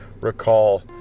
recall